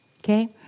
Okay